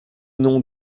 nom